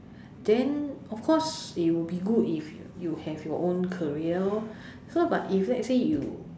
then of course it will be good if you have your own career lor so but if let's say you